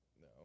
No